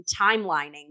timelining